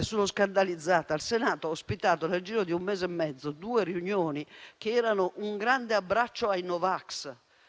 Sono scandalizzata: il Senato ha ospitato, nel giro di un mese e mezzo, due riunioni che erano un grande abbraccio ai no-vax